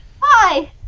Hi